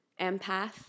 empath